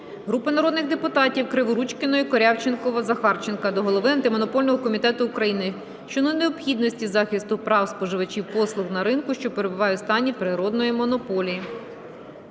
Групи народних депутатів (Криворучкіної, Корявченкова, Захарченка) до голови Антимонопольного комітету України щодо необхідності захисту прав споживачів послуг на ринку, що перебуває у стані природної монополії.